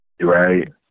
Right